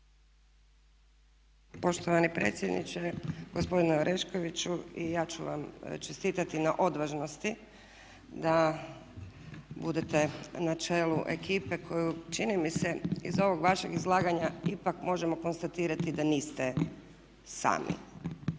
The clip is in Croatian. Poštovani predsjedniče, gospodine Oreškoviću i ja ću vam čestitati na odvažnosti da budete na čelu ekipe koju čini mi se iz ovog vašeg izlaganja ipak možemo konstatirati da niste sami